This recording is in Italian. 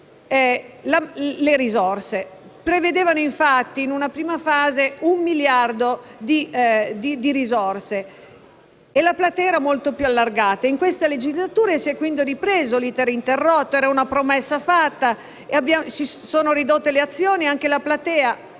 di risorse. Si prevedeva, infatti, in una prima fase un miliardo di risorse e la platea era molto più allargata. In questa legislatura si è, quindi, ripreso l'*iter* interrotto (era una promessa fatta), si sono ridotte le azioni e anche la platea